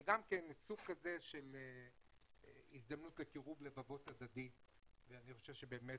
זה גם כן סוג כזה של הזדמנות לקירוב לבבות הדדי ואני חושב שבאמת